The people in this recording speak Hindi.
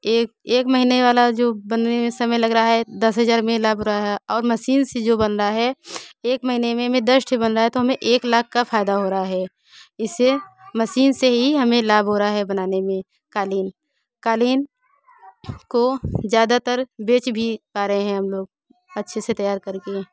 एक एक महीने वाला जो बनने में समय लग रहा है दस हज़ार में लाभ हो रहा है और मसीन से जो बन रहा है एक महीने में हमें दस ठी बन रहा है तो हमें एक लाख का फ़ायदा हो रहा है इससे मसीन से ही हमें लाभ हो रहा है बनाने में क़ालीन क़ालीन काे ज़्यादातर बेच भी पा रहे हैं हम लोग अच्छे से तैयार कर के